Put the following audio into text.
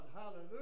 hallelujah